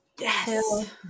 Yes